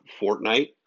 Fortnite